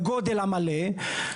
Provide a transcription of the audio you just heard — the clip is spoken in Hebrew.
בגודל המלא,